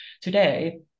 today